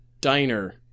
Diner